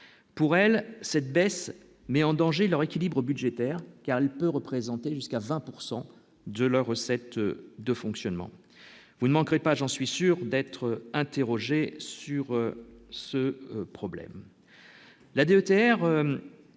pour elle, cette baisse met en danger leur équilibre budgétaire car peut représenter jusqu'à 20 pourcent de leurs recettes de fonctionnement, vous ne manquerez pas j'en suis sûre d'être interrogé sur ce problème.